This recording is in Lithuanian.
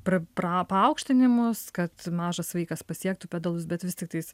pra pra paaukštinimus kad mažas vaikas pasiektų pedalus bet vis tiktais